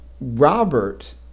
Robert